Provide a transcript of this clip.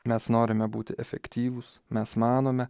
mes norime būti efektyvūs mes manome